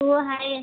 हो आहे